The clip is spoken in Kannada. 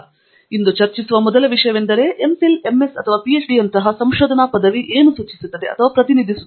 ಆದ್ದರಿಂದ ಮೊದಲನೆಯದಾಗಿ ನಾವು ಇಂದು ಚರ್ಚಿಸುವ ಮೊದಲ ವಿಷಯವೆಂದರೆ MPhil MS ಅಥವಾ PhD ನಂತಹ ಸಂಶೋಧನಾ ಪದವಿ ಏನು ಸೂಚಿಸುತ್ತದೆ ಅಥವಾ ಪ್ರತಿನಿಧಿಸುತ್ತದೆ